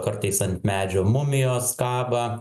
kartais ant medžio mumijos kaba